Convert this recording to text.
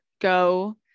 go